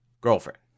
girlfriend